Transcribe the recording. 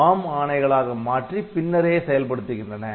ARM ஆணைகளாக மாற்றி பின்னரே செயல்படுத்துகின்றன